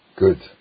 Good